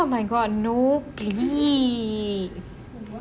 oh my god no please